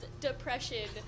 depression